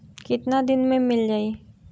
कितना दिन में मील जाई?